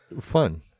fun